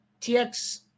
tx